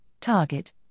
target